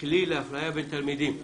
כלי לאפליה בין תלמידים.